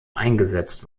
eingesetzt